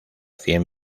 cien